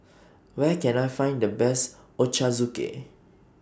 Where Can I Find The Best Ochazuke